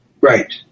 Right